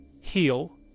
heal